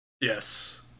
yes